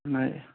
নাই